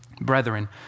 Brethren